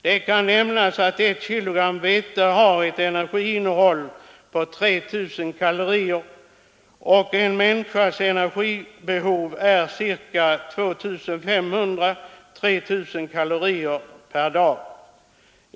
Det kan nämnas att ett kilogram vete har ett energiinnehåll av 3 000 kalorier och att en människas energibehov är 2500 å 3 000 kalorier per dag.